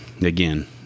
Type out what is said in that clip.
again